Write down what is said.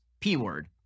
P-word